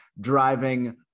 driving